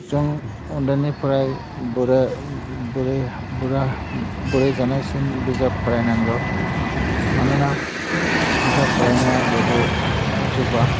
जों उन्दैनिफ्राय बोरो बोरै बोरा बोराय जानायसिम बिजाब फरायनांगौ मानोना बिजाब फरायनाया जेबो जोबा